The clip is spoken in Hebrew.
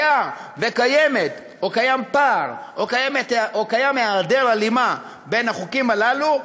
אם יש פער או היעדר הלימה בין החוקים הללו,